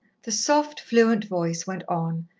the soft, fluent voice went on,